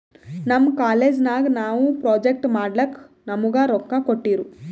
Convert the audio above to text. ನಮ್ ಕಾಲೇಜ್ ನಾಗ್ ನಾವು ಪ್ರೊಜೆಕ್ಟ್ ಮಾಡ್ಲಕ್ ನಮುಗಾ ರೊಕ್ಕಾ ಕೋಟ್ಟಿರು